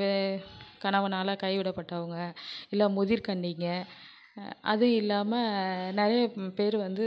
வே கணவனால் கைவிடப்பட்டவங்க இல்லை முதிர்கன்னிங்கள் அது இல்லாமல் நிறைய பேர் வந்து